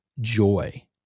joy